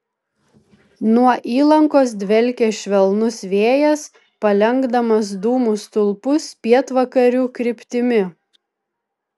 nuo įlankos dvelkė švelnus vėjas palenkdamas dūmų stulpus pietvakarių kryptimi